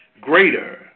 Greater